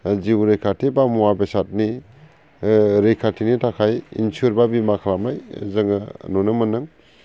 जिउ रैखाथि बा मुवा बेसादनि रैखाथिनि थाखाय इन्सुरेन्स बा बीमा खालामनाय जोङो नुनो मोनो